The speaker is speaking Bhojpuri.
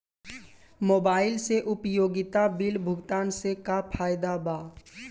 मोबाइल से उपयोगिता बिल भुगतान से का फायदा बा?